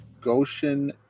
Goshen